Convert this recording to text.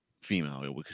female